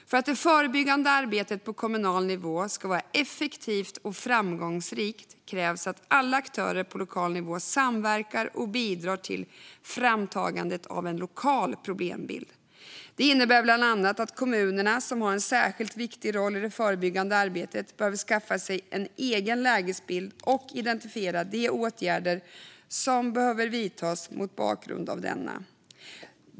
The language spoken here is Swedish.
För att det förebyggande arbetet på kommunal nivå ska vara effektivt och framgångsrikt krävs att alla aktörer på lokal nivå samverkar och bidrar till framtagandet av en lokal problembild. Det innebär bland att kommunerna, som har en särskilt viktig roll i det förebyggande arbetet, behöver skaffa sig en egen lägesbild och identifiera de åtgärder som behöver vidtas mot bakgrund av denna.